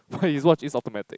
but his watch is automatic